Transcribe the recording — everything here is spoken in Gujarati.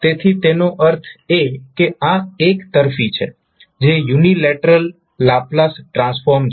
તેથી તેનો અર્થ એ કે આ એક તરફી છે જે યુનિલેટરલ લાપ્લાસ ટ્રાન્સફોર્મ છે